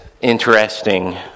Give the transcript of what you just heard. interesting